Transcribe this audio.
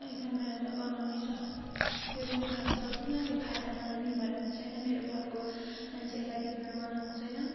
एकदम हजुर गनाउने छ त्यो त म खानु सक्दिनँ त्यो खाएर मलाई बिमार हुनु छैन मेरो घरको मान्छेहरूलाई बिमार बनाउनु छैन